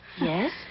Yes